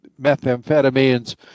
methamphetamines